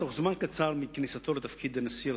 בתוך זמן קצר מכניסתו לתפקיד נשיא ארצות-הברית,